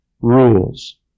rules